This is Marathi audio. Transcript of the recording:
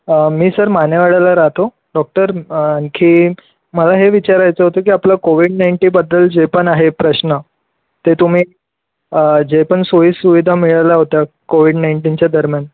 मी सर मानेवाड्याला राहतो डॉक्टर की मला हे विचारायचं होतं की आपलं कोविड नाईंटिनबद्दल जे पण आहे प्रश्न ते तुम्ही जे पण सोयीसुविधा मिळाल्या होत्या कोविड नाईंटिनच्या दरम्यान